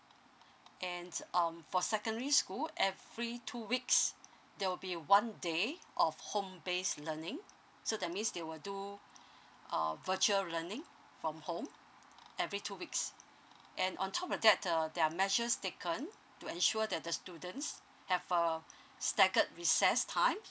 and um for secondary school every two weeks there will be one day of home based learning so that means they will do uh virtual learning from home every two weeks and on top of that err there are measures taken to ensure that the students have uh staggered recess time